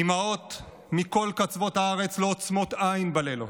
אימהות מכל קצוות הארץ לא עוצמות עין בלילות.